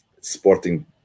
sporting